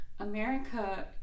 America